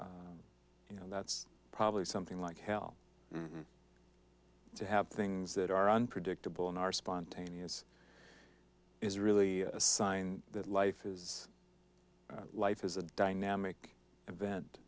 over you know that's probably something like hell to have things that are unpredictable in our spontaneous is really a sign that life is life is a dynamic event